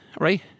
Right